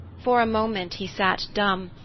for a moment he sat dumb,